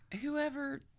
whoever